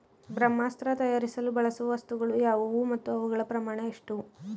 ಬ್ರಹ್ಮಾಸ್ತ್ರ ತಯಾರಿಸಲು ಬಳಸುವ ವಸ್ತುಗಳು ಯಾವುವು ಮತ್ತು ಅವುಗಳ ಪ್ರಮಾಣ ಎಷ್ಟು?